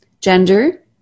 gender